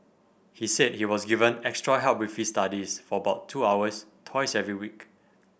he said he was given extra help with his studies for about two hours twice every week